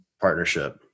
partnership